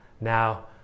now